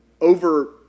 Over